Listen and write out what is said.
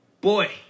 Boy